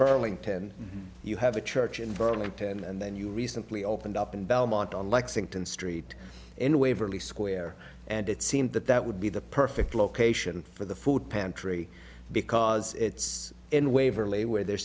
burlington you have a church in burlington and then you recently opened up in belmont on lexington street in waverly square and it seemed that that would be the perfect location for the food pantry because it's in waverly where there